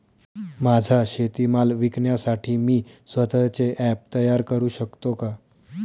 माझा शेतीमाल विकण्यासाठी मी स्वत:चे ॲप तयार करु शकतो का?